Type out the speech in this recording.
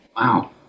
wow